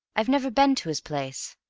i've never been to his place.